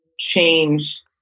Change